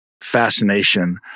fascination